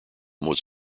was